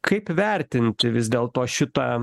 kaip vertinti vis dėlto šitą